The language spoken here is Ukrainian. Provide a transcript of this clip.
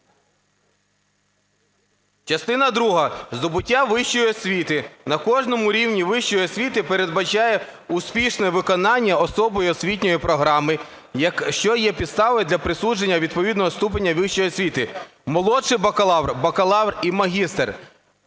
Частина друга. "Здобуття вищої освіти на кожному рівні вищої освіти передбачає успішне виконання особою освітньої програми, що є підставою для присудження відповідного ступеня вищої освіти: молодший бакалавр, бакалавр і магістр…".